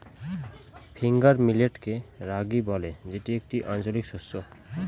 finger মিলেটকে রাগি বলে যেটি একটি আঞ্চলিক শস্য